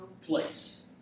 place